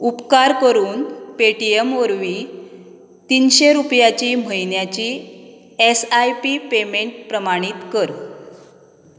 उपकार करून पेटीएम वरवीं तिनशें रुपयाची म्हयन्याची एस आय पी पेमेंट प्रमाणीत कर